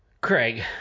Craig